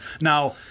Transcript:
Now